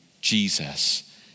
Jesus